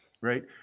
right